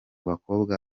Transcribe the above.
bakobwa